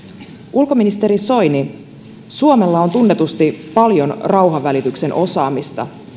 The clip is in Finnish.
ulkoministeri soini suomella on tunnetusti paljon rauhanvälityksen osaamista